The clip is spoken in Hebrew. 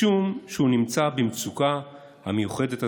משום ש"הוא נמצא במצוקה המיוחדת הזאת,